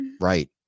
Right